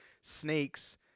snakes –